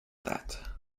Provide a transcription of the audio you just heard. that